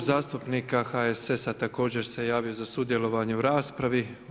Klub zastupnika HSS-a također se javio za sudjelovanje u raspravi.